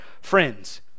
friends